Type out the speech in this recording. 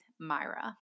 Myra